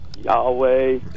Yahweh